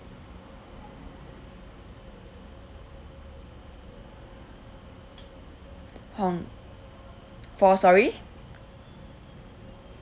hong for sorry